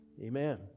Amen